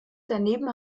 daneben